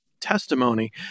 testimony